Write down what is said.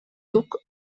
duc